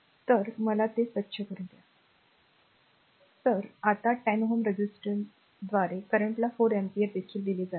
तर मला ते स्वच्छ करू द्या तर आता 10 Ω रेझिस्टरद्वारे करंटला 4 अँपिअर देखील दिले जातात